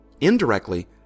Indirectly